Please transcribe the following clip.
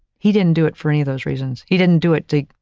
he didn't do it for any of those reasons. he didn't do it to,